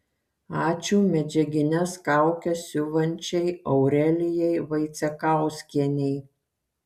ačiū medžiagines kaukes siuvančiai aurelijai vaicekauskienei